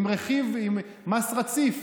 עם מס רציף,